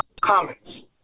comments